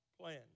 plan